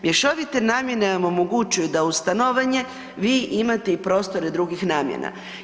Mješovite namjene vam omogućuje da uz stanovanje vi imate i prostore drugih namjena.